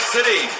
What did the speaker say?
City